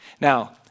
Now